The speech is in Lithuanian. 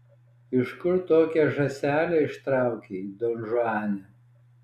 iš kur tokią žąselę ištraukei donžuane